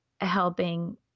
helping